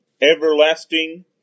everlasting